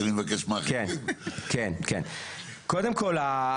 קודם כל,